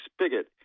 spigot